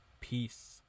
Peace